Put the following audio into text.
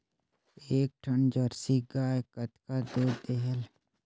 एक ठन जरसी गाय कतका दूध देहेल?